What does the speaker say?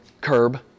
curb